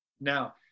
Now